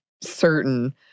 certain